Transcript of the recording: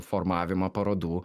formavimą parodų